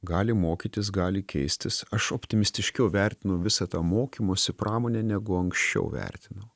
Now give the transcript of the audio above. gali mokytis gali keistis aš optimistiškiau vertinu visą tą mokymosi pramonę negu anksčiau vertinau